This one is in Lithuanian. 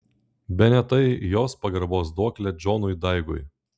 bene tai jos pagarbos duoklė džonui daigui